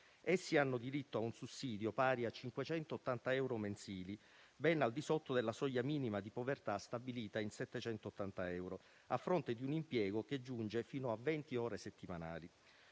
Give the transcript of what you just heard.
Essi hanno diritto a un sussidio pari a 580 euro mensili (ben al di sotto della soglia minima di povertà stabilita in 780 euro), a fronte di un impiego che giunge fino a venti ore settimanali.